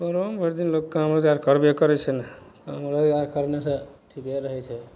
आराम भरि दिन लोक काम रोजगार करबे करय छै काम रोजगार करनेसे ठीके रहै छै